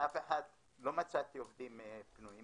לא מצאתי עובדים פנויים.